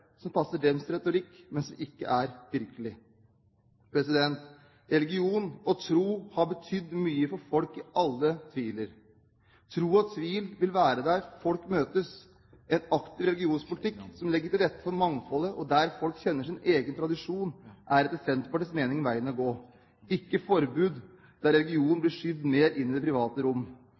som passer deres retorikk, men som ikke er virkelig. Religion og tro har betydd mye for folk i alle tider. Tro og tvil vil være der folk møtes. En aktiv religionspolitikk som legger til rette for mangfoldet, og der folk kjenner sin egen tradisjon, er etter Senterpartiets mening veien å gå – ikke gjennom forbud der religionen blir skjøvet mer inn i det private rom.